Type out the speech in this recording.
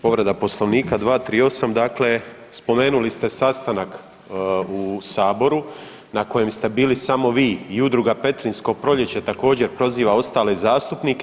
Povreda Poslovnika 238., dakle spomenuli ste sastanak u saboru na kojem ste bili samo vi i Udruga Petrinjsko proljeće također proziva ostale zastupnike.